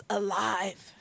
alive